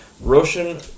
Roshan